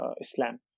Islam